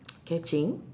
catching